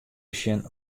besjen